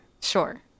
Sure